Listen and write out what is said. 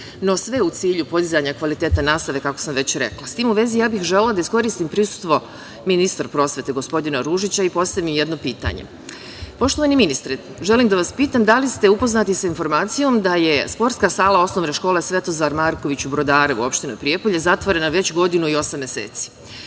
a sve u cilju podizanja kvaliteta nastave, kako sam već rekla.S tim u vezi želela bih da iskoristim prisustvo ministra prosvete, gospodina Ružića, i postavim jedno pitanje. Poštovani ministre, želim da vas pitam da li ste upoznati sa informacijom da je sportska sala OŠ „Svetozar Marković“ u Brodarevu, opština Prijepolje, zatvorena već godinu i osam meseci? Ovom